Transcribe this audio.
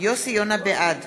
בעד